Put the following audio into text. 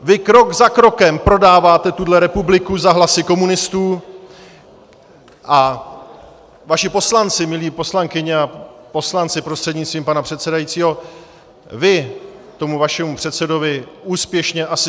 Vy krok za krokem prodáváte tuhle republiku za hlasy komunistů a vaši poslanci milé poslankyně a poslanci prostřednictvím pana předsedajícího, vy tomu vašemu předsedovi úspěšně asistujete.